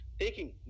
taking